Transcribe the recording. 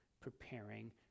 preparing